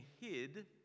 hid